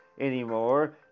anymore